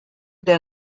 der